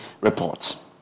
reports